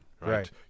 right